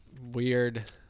weird